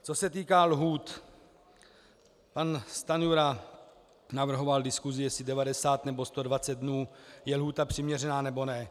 Co se týká lhůt, pan Stanjura navrhoval diskusi, jestli 90 nebo 120 dnů je lhůta přiměřená, nebo ne.